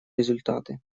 результаты